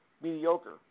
mediocre